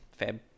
Feb